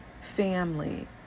family